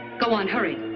go on, hurry.